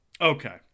Okay